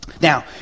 Now